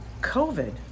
COVID